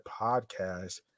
podcast